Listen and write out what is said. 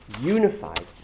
unified